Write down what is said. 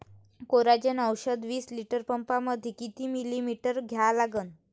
Coragen औषध विस litre पंपामंदी किती मिलीमिटर घ्या लागन?